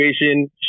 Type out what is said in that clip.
situation